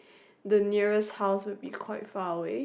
the nearest house will be quite far away